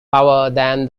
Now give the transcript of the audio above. than